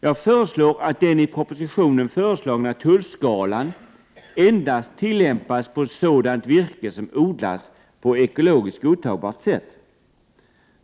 Jag föreslår att den i propositionen föreslagna tullskalan tillämpas endast på sådant virke som odlats på ekologiskt godtagbart sätt.